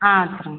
ஆ சரிங்க